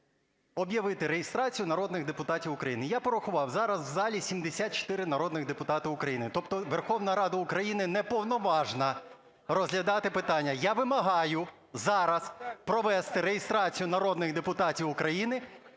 об'явити реєстрацію народних депутатів України. Я порахував, зараз в залі 74 народних депутата України. Тобто Верховна Рада України не повноважна розглядати питання. Я вимагаю зараз провести реєстрацію народних депутатів України.